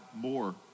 more